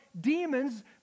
demons